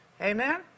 Amen